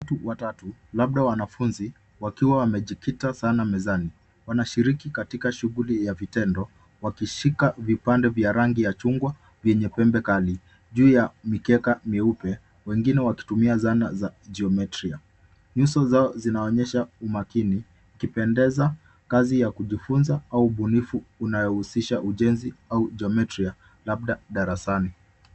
Watatu labda wanafunzi wakiwa wamejikita sana mezani. Wanashiriki katika shughuli ya vitendo wakishika vipande vya rangi ya chungwa vyenye pembe kali juu ya mikeka meupe wengine wakitumia zana za geometria . Nyuso zao zinaonyesha umakini kipendeza kazi ya kujifunza au ubunifu unaohusisha ujenzi au geometria labda darasani.